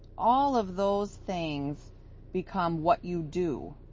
all of those things become what you do.